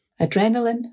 Adrenaline